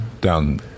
down